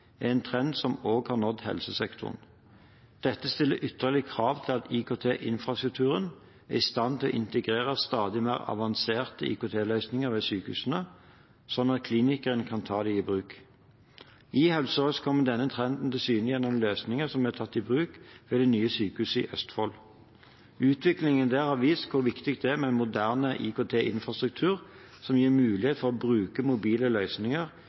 er en trend som også har nådd helsesektoren. Dette stiller ytterligere krav til at IKT-infrastrukturen er i stand til å integrere stadig mer avanserte IKT-løsninger ved sykehusene, slik at klinikerne kan ta dem i bruk. I Helse Sør-Øst kommer denne trenden til syne gjennom løsningene som er tatt i bruk ved det nye sykehuset i Østfold. Utviklingen der har vist hvor viktig det er med en moderne IKT-infrastruktur som gir mulighet for å bruke mobile løsninger